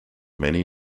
many